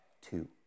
Two